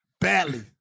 Badly